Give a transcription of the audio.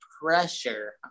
pressure